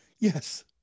Yes